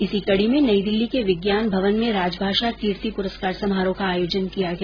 इसी कड़ी में नई दिल्ली के विज्ञान भवन में राजभाषा कीर्ति प्रस्कार समारोह का आयोजन किया गया